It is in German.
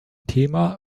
thema